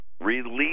release